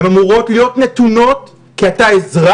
הן אמורות להיות נתונות כי אנחנו אזרחים